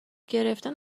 گرفتن